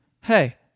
Hey